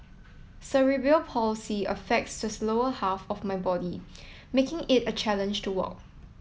Cerebral Palsy affects the lower half of my body making it a challenge to walk